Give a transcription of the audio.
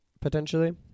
potentially